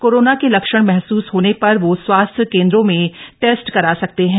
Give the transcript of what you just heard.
corona के लक्षण महसूस होने पर वो स्वास्थ्य केंद्रों में टेस्ट करा सकते हैं